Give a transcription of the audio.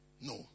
no